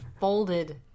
folded